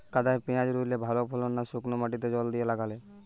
কাদায় পেঁয়াজ রুইলে ভালো ফলন না শুক্নো মাটিতে জল দিয়ে লাগালে?